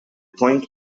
point